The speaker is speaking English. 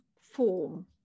form